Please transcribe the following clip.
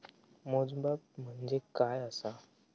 मोजमाप म्हणजे काय असा?